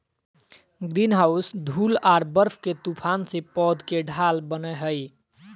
greenhouse धूल आर बर्फ के तूफान से पौध के ढाल बनय हइ